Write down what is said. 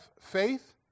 faith